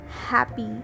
happy